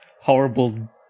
horrible